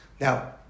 Now